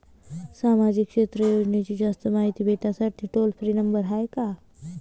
सामाजिक क्षेत्र योजनेची जास्त मायती भेटासाठी टोल फ्री नंबर हाय का?